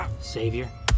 Savior